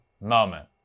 moment